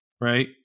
Right